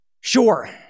Sure